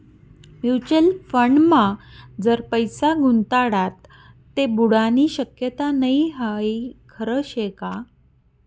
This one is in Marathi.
म्युच्युअल फंडमा जर पैसा गुताडात ते बुडानी शक्यता नै हाई खरं शेका?